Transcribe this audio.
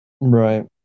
Right